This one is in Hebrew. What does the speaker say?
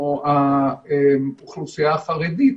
כמו האוכלוסייה החרדית.